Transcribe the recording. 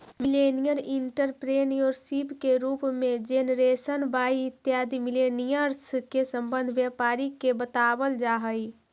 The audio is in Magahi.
मिलेनियल एंटरप्रेन्योरशिप के रूप में जेनरेशन वाई इत्यादि मिलेनियल्स् से संबंध व्यापारी के बतलावल जा हई